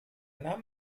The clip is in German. nahm